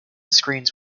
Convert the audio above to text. screens